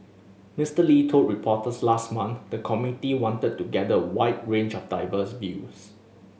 Mister Lee told reporters last month the committee wanted to gather a wide range of diverse views